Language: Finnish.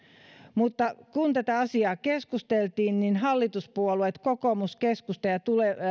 mutta kun tästä asiasta keskusteltiin niin hallituspuolueet kokoomus keskusta